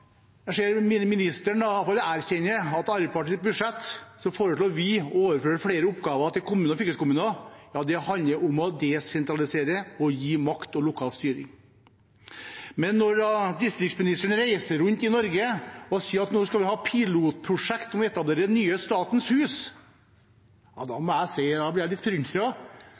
Arbeiderpartiet i sitt budsjett foreslår å overføre flere oppgaver til kommuner og fylkeskommuner. Det handler om å desentralisere, gi makt og lokal styring. Men når distriktsministeren reiser rundt i Norge og sier at det skal være pilotprosjekt for å etablere nye Statens hus, blir jeg litt forundret. Min far var sjef på arbeidskontoret i Orkdal på 1980- og